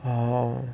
oh